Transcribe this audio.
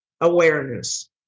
awareness